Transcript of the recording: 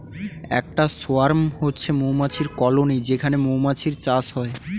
একটা সোয়ার্ম হচ্ছে মৌমাছির কলোনি যেখানে মৌমাছির চাষ হয়